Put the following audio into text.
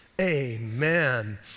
amen